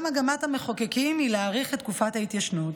גם מגמת המחוקקים היא להאריך את תקופת ההתיישנות.